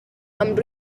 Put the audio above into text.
amb